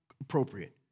appropriate